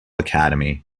academy